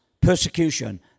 persecution